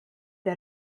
der